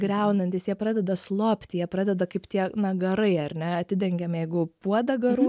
griaunantys jie pradeda slopti jie pradeda kaip tie na garai ar ne atidengiam jeigu puodą garų